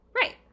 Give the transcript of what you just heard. right